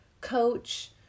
coach